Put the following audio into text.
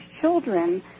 children